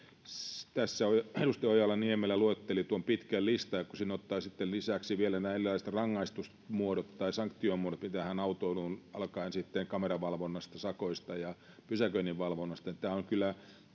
tässä edustaja ojala niemelä luetteli tuon pitkän listan ja kun siihen ottaa sitten lisäksi vielä nämä erilaiset autoilun rangaistusmuodot tai sanktiomuodot alkaen kameravalvonnasta sakoista ja pysäköinninvalvonnasta niin tämä on kyllä